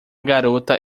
garota